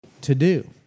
to-do